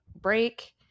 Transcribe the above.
break